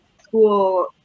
school